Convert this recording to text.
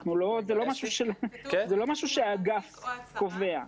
זה לא משהו שהאגף קובע.